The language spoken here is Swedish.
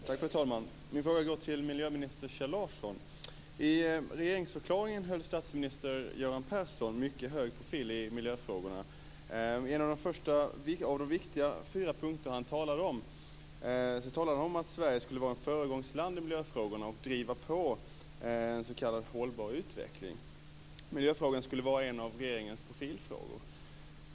Fru talman! Jag vänder mig till miljöminister Kjell Larsson. I regeringsförklaringen höll statsminister Göran Persson en mycket hög profil i miljöfrågorna. En av fyra viktiga punkter som han tog upp var att Sverige skulle vara ett föregångsland i miljöfrågorna och driva på en s.k. hållbar utveckling. Miljön skulle vara en av regeringens profilfrågor.